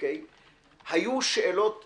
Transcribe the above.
היו שאלות דומות,